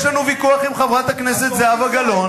יש לנו ויכוח עם חברת הכנסת זהבה גלאון.